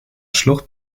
schlucht